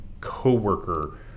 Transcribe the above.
co-worker